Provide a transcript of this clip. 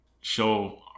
show